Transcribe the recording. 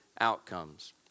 outcomes